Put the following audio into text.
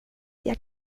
jag